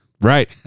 right